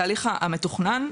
התהליך המתוכנן?